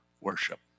worship